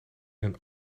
een